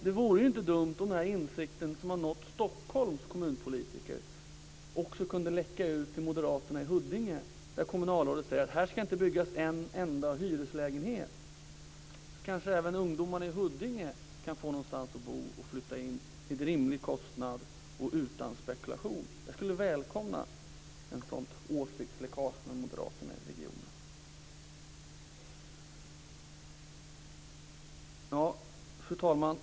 Det vore inte dumt om den insikt som nått Stockholms kommunpolitiker också kunde läcka ut till moderaterna i Huddinge där kommunalrådet säger: Här ska inte byggas en enda hyreslägenhet. Kanske även ungdomarna i Huddinge därmed kan få någonting att flytta in i och att bo i, till en rimlig kostnad och utan spekulation. Jag skulle välkomna ett sådant åsiktsläckage bland moderaterna i regionen. Fru talman!